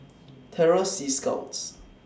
Terror Sea Scouts